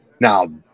Now